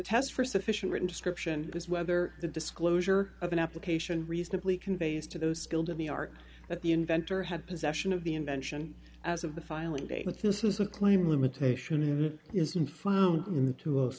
test for sufficient written description is whether the disclosure of an application reasonably conveys to those skilled in the art that the inventor had possession of the invention as of the filing date but this is a claim limitation it isn't f